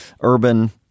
Urban –